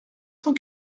cent